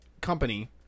company